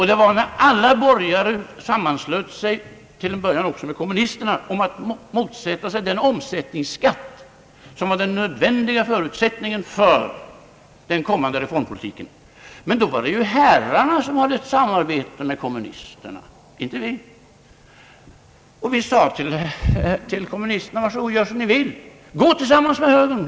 Det var när alla borgare sammanslöt sig, till en början också med kommunisterna, för att motsätta sig den omsättningsskatt som var den nödvändiga förutsättningen för den kommande reformpolitiken. Men då var det ju herrarna som hade ett samarbete med kommunisterna, inte vi. Vi sade till kommunisterna: Var så goda och gör som ni vill.